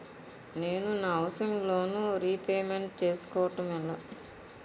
నేను నా housing loan repayment చేసుకోవటం ఎలా?